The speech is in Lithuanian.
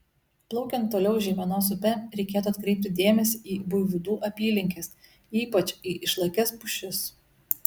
plaukiant toliau žeimenos upe reikėtų atkreipti dėmesį į buivydų apylinkes ypač į išlakias pušis